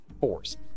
force